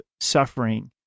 suffering